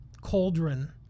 cauldron